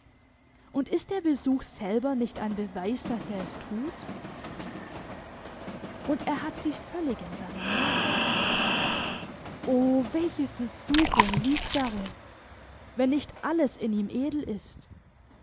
und ist der besuch selber nicht ein beweis daß er es tut und er hat sie völlig in seiner macht o welche versuchung liegt darin wenn nicht alles in ihm edel ist